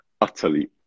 utterly